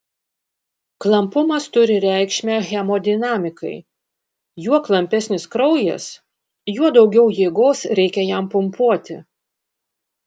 klampumas turi reikšmę hemodinamikai juo klampesnis kraujas juo daugiau jėgos reikia jam pumpuoti